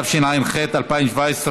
התשע"ח 2017,